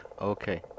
Okay